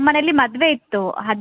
ಹಾಂ ಯಾವ ಹೂವು ಬೇಕು ನಿಮಗೆ